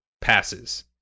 passes